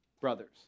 brothers